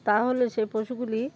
তাহলে সেই পশুগুলি